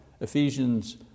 Ephesians